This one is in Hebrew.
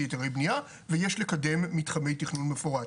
אתרי בנייה ויש לקדם מתחמי תכנון מפורט.